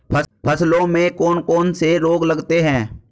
फसलों में कौन कौन से रोग लगते हैं?